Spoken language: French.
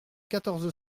quatorze